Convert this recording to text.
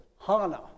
Hana